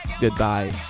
goodbye